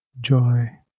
joy